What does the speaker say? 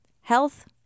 Health